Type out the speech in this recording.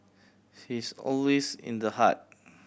he's always in the heart